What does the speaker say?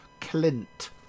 Clint